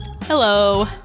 Hello